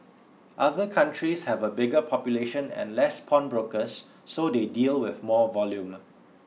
other countries have a bigger population and less pawnbrokers so they deal with more volume